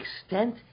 extent